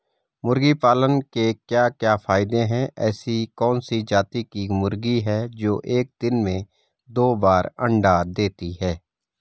मुर्गी पालन के क्या क्या फायदे हैं ऐसी कौन सी जाती की मुर्गी है जो एक दिन में दो बार अंडा देती है?